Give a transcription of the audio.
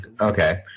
Okay